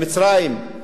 במצרים,